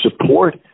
support